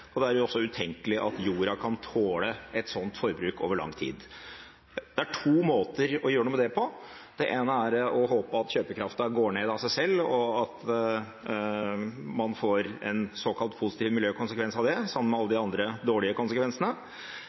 for andre. Det er også utenkelig at jorda kan tåle et sånt forbruk over lang tid. Det er to måter å gjøre noe med det på. Det ene er å håpe at kjøpekraften går ned av seg selv, og at man får en såkalt positiv miljøkonsekvens av det, sammen med alle de andre,